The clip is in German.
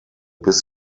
bis